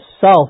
self